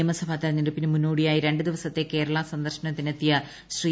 നിയമസഭാ തെരഞ്ഞെടുപ്പിന് മുന്നോടിയായി രണ്ട് ദിവസത്തെ കേരള സന്ദർശത്തിനെത്തിയ ശ്രീ